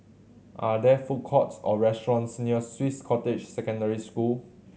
are there food courts or restaurants near Swiss Cottage Secondary School